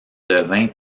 devint